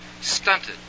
stunted